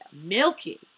Milky